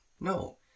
No